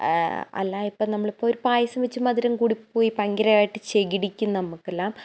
അല്ലാ ഇപ്പോൾ നമ്മൾ ഇപ്പൊരു പായസം വെച്ച് മധുരം കൂടിപ്പോയി ഭയങ്കരമായിട്ട് ചെകിടിക്കും നമുക്കെല്ലാം